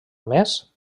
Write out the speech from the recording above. més